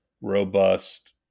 robust